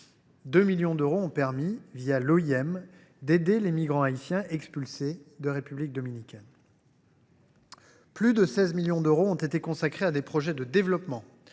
pour les migrations), d’aider les migrants haïtiens expulsés de République dominicaine. Plus de 16 millions d’euros ont été consacrés à des projets de développement